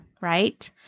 right